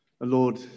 Lord